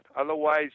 Otherwise